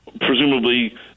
presumably